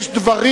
יש דברים